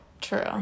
True